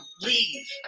leave